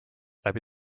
läbi